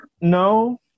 no